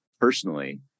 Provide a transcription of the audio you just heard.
personally